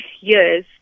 years